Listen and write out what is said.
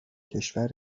کشور